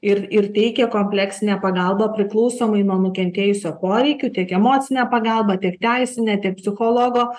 ir ir teikia kompleksinę pagalbą priklausomai nuo nukentėjusio poreikių tiek emocinę pagalbą tiek teisinę tiek psichologo